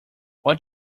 what